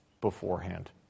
beforehand